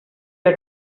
had